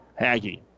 Haggy